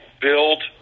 build